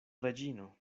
reĝino